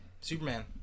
Superman